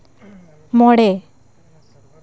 ᱢᱚᱬᱮ